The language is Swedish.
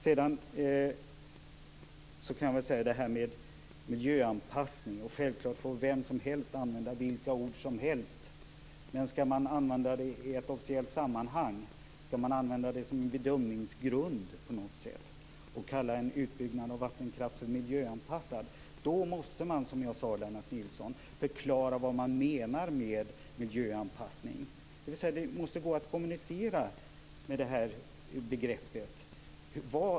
I fråga om "miljöanpassning" får vem som helst självfallet använda vilka ord som helst. Men om man skall använda detta ord i ett officiellt sammanhang, som en bedömningsgrund, och kalla en utbyggnad av vattenkraft miljöanpassad måste man förklara vad man menar med "miljöanpassning". Det måste gå att kommunicera med detta begrepp.